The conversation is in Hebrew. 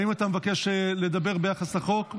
האם אתה מבקש לדבר ביחס לחוק?